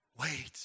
Wait